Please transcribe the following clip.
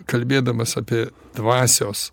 kalbėdamas apie dvasios